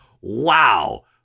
Wow